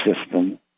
system